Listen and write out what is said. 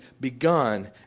begun